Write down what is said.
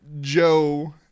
Joe